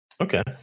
Okay